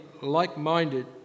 like-minded